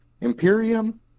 imperium